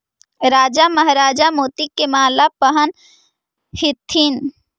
राजा महाराजा मोती के माला पहनऽ ह्ल्थिन